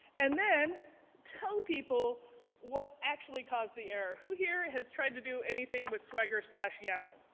and then tell people what actually caused the error. who here has tried to do anything with swagger swagger yaml?